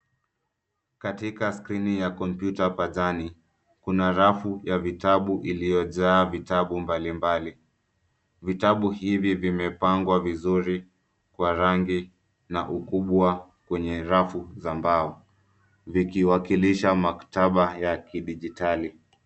Katika scrini ya kompyuta pajani, kuna rafu ya vitabu iliyo jaa vitabu mbali mbali. Vitabu hivi vimepangwa vizuri kwa rangi na ukubwa kwenye rafu za mbao vikiwakilisha maktaba ya kidijitali.